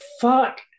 Fuck